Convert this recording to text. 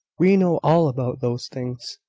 we know all about those things.